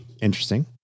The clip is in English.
Interesting